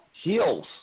heels